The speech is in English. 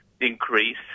increase